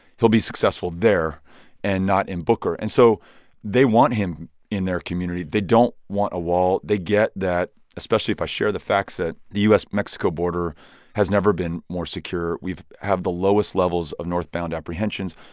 he'll be successful there and not in booker and so they want him in their community. they don't want a wall. they get that especially if i share the facts that the u s mexico border has never been more secure. we've have the lowest levels of northbound apprehensions.